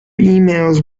emails